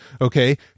okay